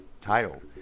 title